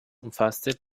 umfasste